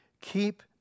keep